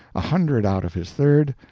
a hundred out of his third,